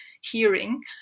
hearing